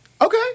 Okay